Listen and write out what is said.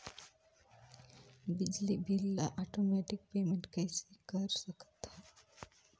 बिजली बिल ल automatic payment कइसे कर सकथव?